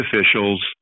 officials